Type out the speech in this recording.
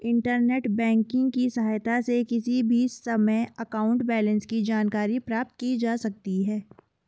internet banking की सहायता से किसी भी समय अकाउंट बैलेंस की जानकारी प्राप्त की जा सकती है